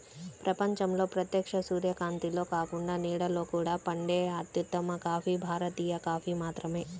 ప్రపంచంలో ప్రత్యక్ష సూర్యకాంతిలో కాకుండా నీడలో కూడా పండే అత్యుత్తమ కాఫీ భారతీయ కాఫీ మాత్రమే